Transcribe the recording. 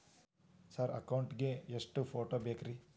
Sir account ಗೇ ಎಷ್ಟು photo ಬೇಕ್ರಿ?